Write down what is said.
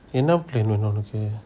என்ன:enna plan வேணும் உன்னக்கு:venum unnaku